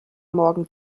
morgen